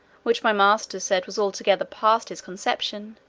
which my master said was altogether past his conception,